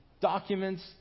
documents